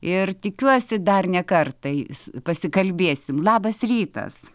ir tikiuosi dar ne kartą pasikalbėsim labas rytas